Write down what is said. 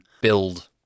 build